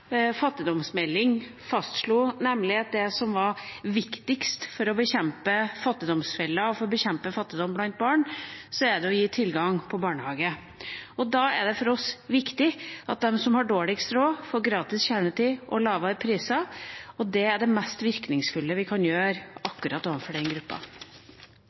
fattigdomsmelding fastslo: at det som er viktigst for å bekjempe fattigdomsfella og fattigdom blant barn, er å gi tilgang på barnehage. Da er det for oss viktig at de som har dårligst råd, får gratis kjernetid og lavere priser. Det er det mest virkningsfulle vi kan gjøre overfor akkurat den gruppa.